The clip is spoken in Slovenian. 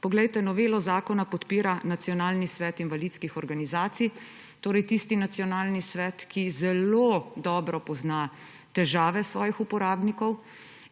poglejte, novelo zakona podpira Nacionalni svet invalidskih organizacij. Torej tisti Nacionalni svet, ki zelo dobro pozna težave svojih uporabnikov